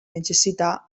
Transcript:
necessità